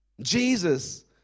Jesus